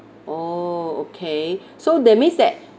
oh okay so that means that